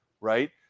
right